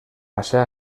passà